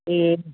ए